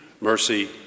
mercy